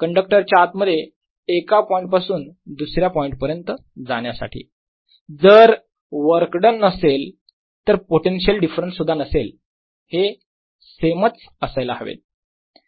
कंडक्टरच्या आत मध्ये एका पॉइंट पासून दुसऱ्या पर्यंत जाण्यासाठी जर वर्क डन नसेल तर पोटेन्शियल डिफरन्स सुद्धा नसेल हे सेमच असायला हवेत